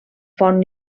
font